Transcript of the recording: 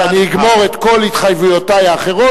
כשאני אגמור את כל התחייבויותי האחרות,